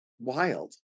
wild